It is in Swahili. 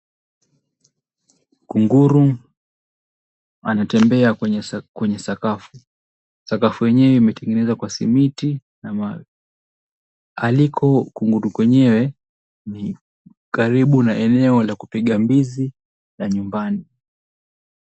Kunguru anatembea kwenye sakafu. Sakafu yenyewe imetengeneza kwa simiti na aliko kunguru kwenyewe ni karibu na eneo la kupiga mbizi la nyumbani.